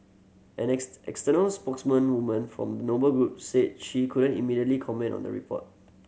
an external spokesmen woman for Noble Group said she couldn't immediately comment on the report